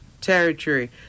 territory